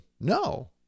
no